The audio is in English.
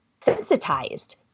sensitized